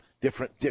Different